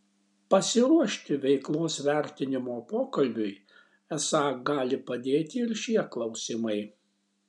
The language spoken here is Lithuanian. pasiruošti veiklos vertinimo pokalbiui esą gali padėti ir šie klausimai